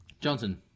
Johnson